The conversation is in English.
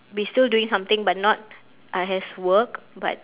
be still doing something but not uh has work but